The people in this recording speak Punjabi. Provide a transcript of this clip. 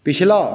ਪਿਛਲਾ